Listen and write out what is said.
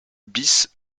bis